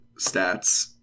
stats